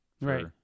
Right